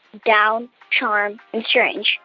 down, charm and strange.